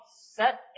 Set